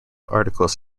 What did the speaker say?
articles